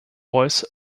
voice